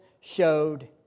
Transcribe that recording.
showed